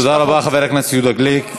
תודה רבה, חבר הכנסת יהודה גליק.